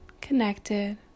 connected